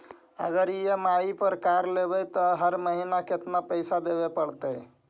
अगर ई.एम.आई पर कार लेबै त हर महिना केतना पैसा देबे पड़तै?